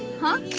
huh!